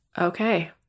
Okay